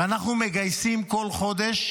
אנחנו מגייסים כל חודש